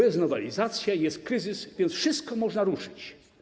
Jest nowelizacja i jest kryzys, więc wszystko można ruszyć.